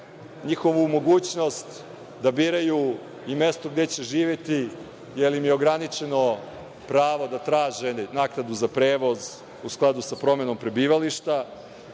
njihovu mogućnost da biraju i mesto gde će živeti, jer im je ograničeno pravo da traže naknadu za prevozu skladu sa promenom prebivališta.